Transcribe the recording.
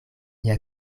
nia